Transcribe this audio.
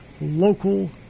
local